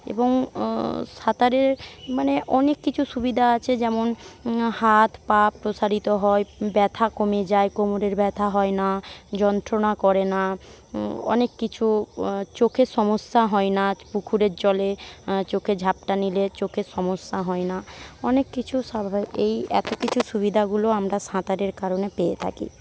এবং সাঁতারের মানে অনেক কিছু সুবিধা আছে যেমন হাত পা প্রসারিত হয় ব্যথা কমে যায় কোমরের ব্যথা হয় না যন্ত্রণা করে না অনেক কিছু চোখের সমস্যা হয় না পুকুরের জলে চোখে ঝাপটা নিলে চোখে সমস্যা হয় না অনেক কিছু এই এত কিছু সুবিধাগুলো আমরা সাঁতারের কারণে পেয়ে থাকি